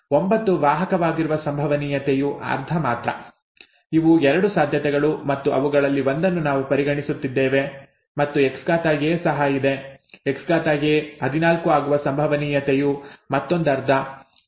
9 ವಾಹಕವಾಗಿರುವ ಸಂಭವನೀಯತೆಯು ಅರ್ಧ ಮಾತ್ರ ಇವು ಎರಡು ಸಾಧ್ಯತೆಗಳು ಮತ್ತು ಅವುಗಳಲ್ಲಿ ಒಂದನ್ನು ನಾವು ಪರಿಗಣಿಸುತ್ತಿದ್ದೇವೆ ಮತ್ತು XA ಸಹ ಇದೆ Xa 14 ಆಗುವ ಸಂಭವನೀಯತೆಯು ಮತ್ತೊಂದರ್ಧ